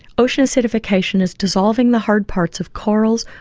ocean acidification is dissolving the hard parts of corals,